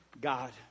God